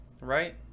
right